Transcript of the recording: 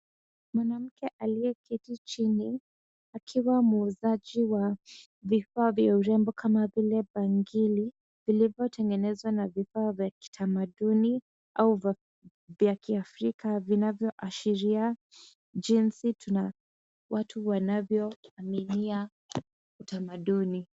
Mwanamke aliyeketi chini akiwa muuzaji wa vifaa vya urembo kama vile bangili, vilivyotengenezwa na vifaa vya kitamaduni au vya kiafrika vinavyoashiria jinsi watu wanavyoaminia utamaduni.